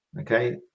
okay